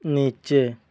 নিচে